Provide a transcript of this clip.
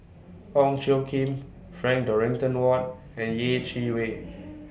Ong Tjoe Kim Frank Dorrington Ward and Yeh Chi Wei